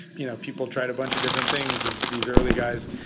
you know people tried a bunch of different things. these these early guys,